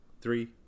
three